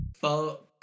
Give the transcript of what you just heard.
Fuck